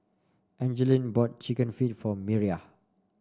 Angeline bought chicken feet for Miriah